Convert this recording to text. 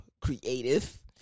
creative